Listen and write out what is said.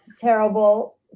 terrible